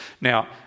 Now